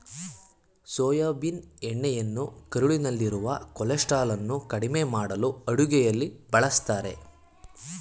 soybean ಎಣ್ಣೆಯನ್ನು ಕರುಳಿನಲ್ಲಿರುವ ಕೊಲೆಸ್ಟ್ರಾಲನ್ನು ಕಡಿಮೆ ಮಾಡಲು ಅಡುಗೆಯಲ್ಲಿ ಬಳ್ಸತ್ತರೆ